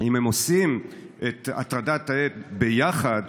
אם הם עושים את הטרדת העד ביחד,